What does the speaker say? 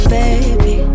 baby